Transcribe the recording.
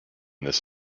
this